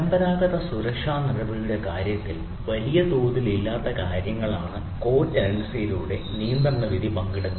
പരമ്പരാഗത സുരക്ഷാ നടപടികളുടെ കാര്യത്തിൽ വലിയ തോതിൽ ഇല്ലാത്ത കാര്യങ്ങളാണ് കോ ടെനൻസിയിലൂടെ നിയന്ത്രണ വിധി പങ്കിടുന്നത്